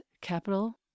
capital